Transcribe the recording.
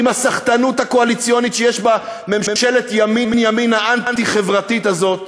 עם הסחטנות הקואליציונית שיש בממשלת הימין-ימין האנטי-חברתית הזאת,